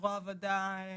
זרוע העבודה,